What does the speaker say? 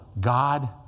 God